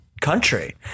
country